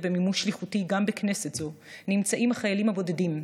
במימוש שליחותי גם בכנסת זו נמצאים החיילים הבודדים.